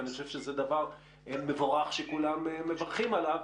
אני חושב שזה דבר מבורך שכולם מברכים עליו,